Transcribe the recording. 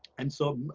and so,